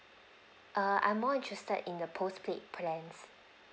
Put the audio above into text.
err I'm more interested in the postpaid plans